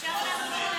לא צריך.